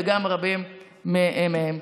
או רבים מהם.